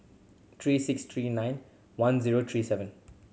three six three nine one zero three seven